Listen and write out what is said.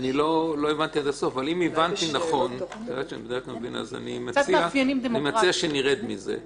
אני לא הבנתי עד הסוף אבל אם הבנתי נכון אני מציע שנרד מזה.